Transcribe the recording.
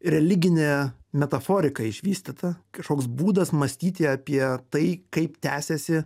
religinė metaforika išvystyta kažkoks būdas mąstyti apie tai kaip tęsiasi